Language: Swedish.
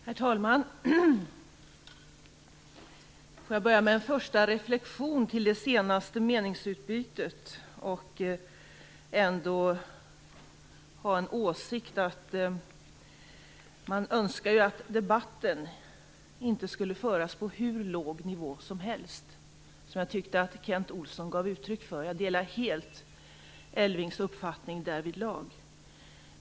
Herr talman! Låt mig börja med en reflexion kring det senaste meningsutbytet. Jag önskar att debatten inte skulle föras på en så låg nivå som jag tyckte att Kent Olsson gjorde. Jag delar helt Elving Anderssons uppfattning därvidlag.